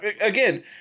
again